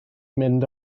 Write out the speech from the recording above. mynd